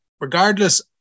regardless